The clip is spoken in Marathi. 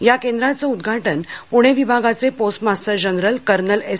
या केंद्राचं उदघाटन पुणे विभागाचे postmaster general colonel S